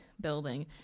building